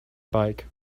bike